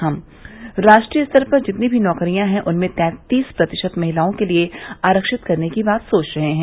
हम राष्ट्रीय स्तर पर जितनी भी नौकरियां हैं उनमें तैंतीस प्रतिशत महिलाओं के लिये आरक्षित करने की बात सोच रहे हैं